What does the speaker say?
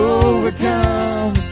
overcome